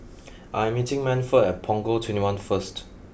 I am meeting Manford at Punggol twenty one first